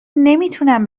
نمیتونم